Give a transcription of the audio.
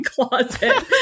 closet